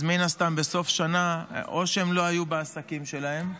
אז מן הסתם, בסוף שנה או שהם לא היו בעסקים שלהם,